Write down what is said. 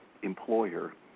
Employer